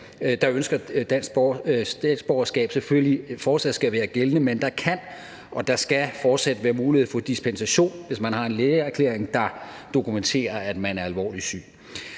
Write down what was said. der ønsker dansk statsborgerskab, selvfølgelig fortsat skal være gældende, men der kan og der skal fortsat være mulighed for dispensation, hvis man har en lægeerklæring, der dokumenterer, at man er alvorligt syg.